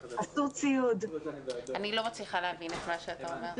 אני לא מצליחה להבין את מה שאתה אומר.